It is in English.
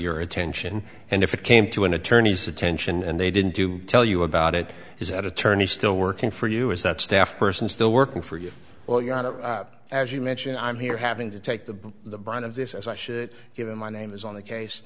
your attention and if it came to an attorney's attention and they didn't do tell you about it is that attorney still working for you is that staff person still working for you well you know as you mentioned i'm here having to take the the brunt of this as i should give in my name is on the case